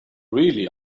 really